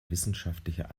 wissenschaftlicher